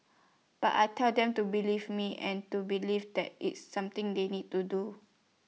but I tell them to believe me and to believe that it's something they need to do